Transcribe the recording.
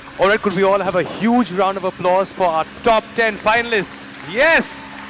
all right. could we all have a huge round of applause for our top ten finalists? yes!